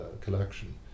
collection